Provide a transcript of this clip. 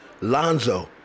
Lonzo